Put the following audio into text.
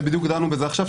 ובדיוק דנו בזה עכשיו,